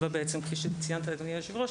שבה כפי שציינת אדוני היושב-ראש,